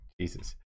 Jesus